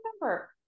remember